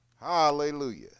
hallelujah